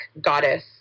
goddess